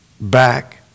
back